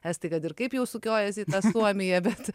estai kad ir kaip jau sukiojasi į tą suomiją bet